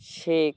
Sheikh